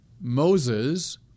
Moses